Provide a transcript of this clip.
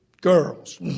girls